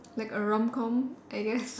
like a rom com I guess